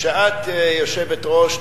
כשאת יושבת-ראש,